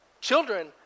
Children